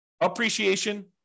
appreciation